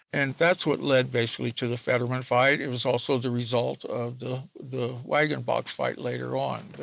and that's what led, basically to the fetterman fight, it was also the result of the the wagon box fight later on,